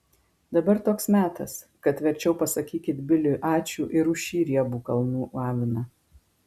dabar toks metas kad verčiau pasakykit biliui ačiū ir už šį riebų kalnų aviną